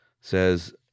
says